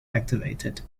activated